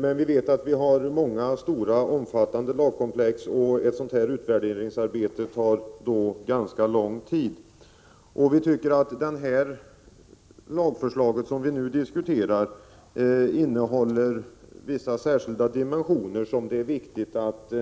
Men det finns många och omfattande lagkomplex, och ett sådant här utvärderingsarbete tar ganska lång tid. Vi tycker att det lagförslag som det nu gäller har vissa särskilda dimensioner som gör att det är viktigt att